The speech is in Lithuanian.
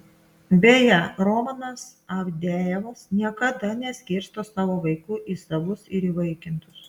beje romanas avdejevas niekada neskirsto savo vaikų į savus ir įvaikintus